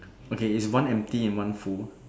okay is one empty and one full